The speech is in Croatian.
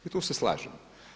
I tu se slažem.